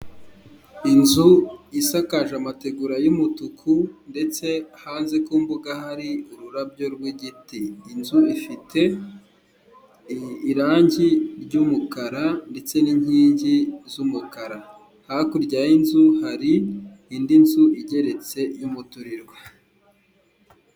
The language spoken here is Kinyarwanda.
Inzu isakaje amategura y'umutuku ndetse hanze ku mbuga hari ururabyo rw'igit,i inzu ifite irangi ry'umukara ndetse n'inkingi z'umukara, hakurya y'inzu hari indi nzu igeretse y'umuturirwa.